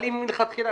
אם מלכתחילה